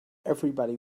everybody